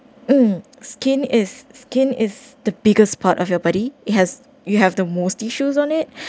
uh skin is skin is the biggest part of your body it has you have the most tissues on it